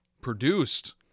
produced